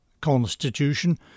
constitution